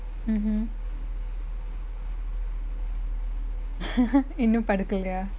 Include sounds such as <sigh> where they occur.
mmhmm <laughs> இன்னு படுக்களையா:innu padukalaiyaa